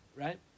Right